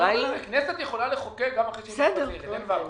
הכנסת יכולה לחוקק גם אחרי שהיא מתפזרת, אין בעיה,